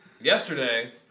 Yesterday